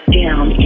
down